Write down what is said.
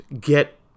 get